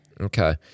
Okay